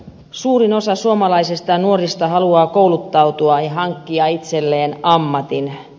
suurin osa suomalaisista nuorista haluaa kouluttautua ja hankkia itselleen ammatin